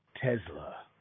Tesla